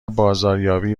بازاریابی